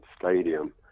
Stadium